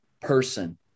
person